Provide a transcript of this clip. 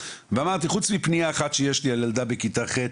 ואמרתי חוץ מפנייה אחת שיש לי על ילדה בכיתה ח'